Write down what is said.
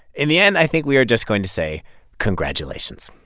in the end, i think we are just going to say congratulations